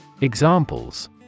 Examples